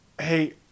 Hey